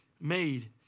made